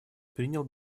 принял